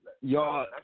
y'all